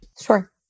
Sure